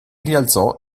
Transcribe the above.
rialzò